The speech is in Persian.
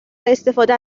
استفاده